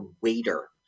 waiter